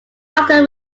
after